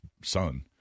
son